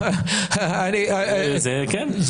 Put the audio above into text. כן.